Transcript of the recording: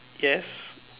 yes